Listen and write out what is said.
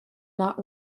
not